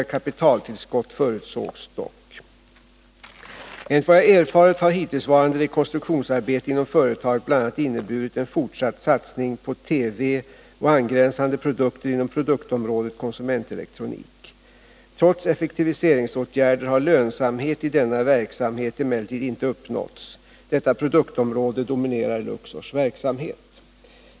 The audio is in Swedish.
Enligt vad jag erfarit har hittillsvarande rekonstruktionsarbete inom företaget bl.a. inneburit en fortsatt satsning på TV och angränsande produkter inom produktområdet konsumentelektronik. Trots effektiviseringsåtgärder har lönsamhet i denna verksamhet emellertid inte uppnåtts. Detta produktområde dominerar Luxors verksamhet.